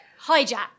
hijack